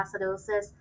acidosis